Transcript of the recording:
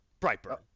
Brightburn